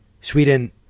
Sweden